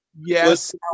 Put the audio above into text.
yes